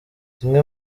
zimwe